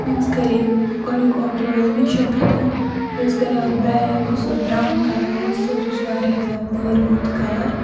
مےٚ حظ کَرے گۄڈنیُک آرڈَر حظ میٖشو پٮ۪ٹھ مےٚ حظ کَرے اَکھ بیگ یُس حظ برٛاوُن کَلَر اوس سُہ حظ اوس واریاہ زیادٕ مٲرۍ موٚنٛد کَلَر